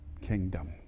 kingdom